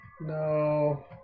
no